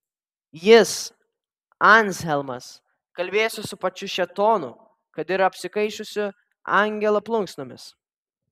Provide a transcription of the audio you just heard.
jis anzelmas kalbėjosi su pačiu šėtonu kad ir apsikaišiusiu angelo plunksnomis